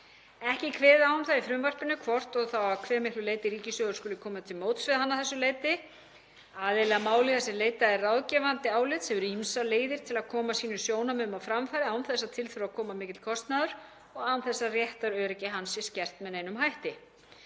Ekki er kveðið á um það í frumvarpinu hvort og þá að hve miklu leyti ríkissjóður skuli koma til móts við hann að þessu leyti. Aðili að máli þar sem leitað er ráðgefandi álits hefur ýmsar leiðir til að koma sínum sjónarmiðum á framfæri án þess að til þurfi að koma mikill kostnaður og án þess að réttaröryggi hans sé skert með neinum hætti.